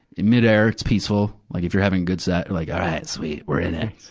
in mid-air, it's peaceful, like if you're having good sex, like all right, sweet, we're in it.